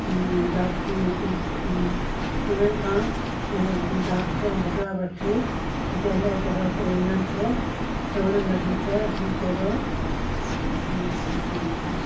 ॾाख उननि खां ॾाख ऐं भुगिड़ा वठी जेल जे दर वटि हुननि खे चवणु लॻी त हिकु अहिड़ो साधू ऐं संत उन्हनि खे